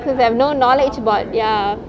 because I have no knowledge about ya